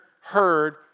heard